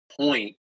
Point